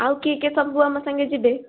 ଆଉ କିଏ କିଏ ସବୁ ଆମ ସାଙ୍ଗେ ଯିବେ